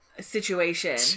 Situation